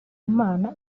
imana